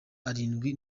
arindwi